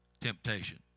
temptation